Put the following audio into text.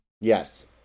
yes